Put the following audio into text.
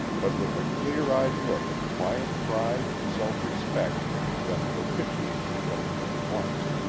but with a clear-eyed look of quiet pride and self-respect that propitiated the governor at once.